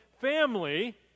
family